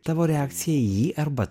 tavo reakciją į jį arba